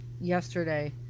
yesterday